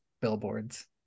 billboards